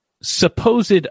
supposed